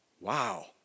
wow